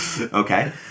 Okay